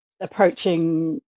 approaching